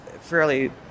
fairly